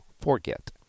forget